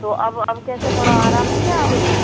तो अब अब कैसा थोड़ा आराम है क्या अब